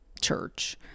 church